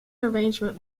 arrangement